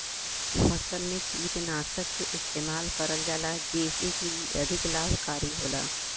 फसल में कीटनाशक के इस्तेमाल करल जाला जेसे की इ अधिक लाभकारी होला